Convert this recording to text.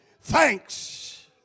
thanks